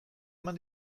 eman